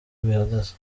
bihagaze